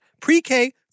pre-K